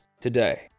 today